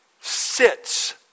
sits